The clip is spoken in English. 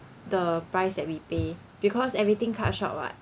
the price that we pay because everything cut short [what]